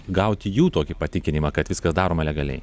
gauti jų tokį patikinimą kad viskas daroma legaliai